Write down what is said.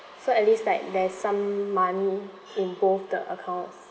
so at least like there's some money in both the accounts